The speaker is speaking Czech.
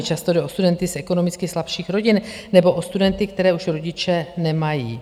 Často jde o studenty z ekonomicky slabších rodin, nebo o studenty, kteří už rodiče nemají.